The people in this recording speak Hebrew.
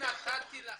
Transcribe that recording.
נתתי לכם,